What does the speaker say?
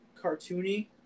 cartoony